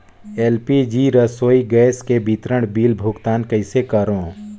LPG रसोई gas के विवरण बिल भुगतान कइसे करों?